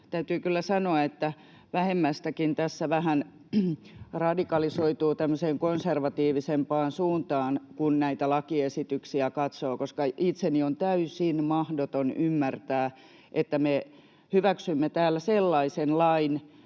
täytyy kyllä sanoa, että vähemmästäkin tässä vähän radikalisoituu tämmöiseen konservatiivisempaan suuntaan, kun näitä lakiesityksiä katsoo, koska itseni on täysin mahdoton ymmärtää, että me hyväksymme täällä sellaisen lain,